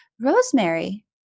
rosemary